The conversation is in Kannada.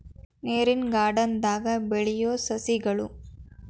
ನೇರಿನ ಗಾರ್ಡನ್ ದಾಗ ಬೆಳಿಯು ಸಸ್ಯಗಳು